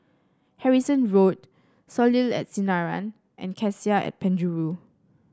Harrison Road Soleil and Sinaran and Cassia and Penjuru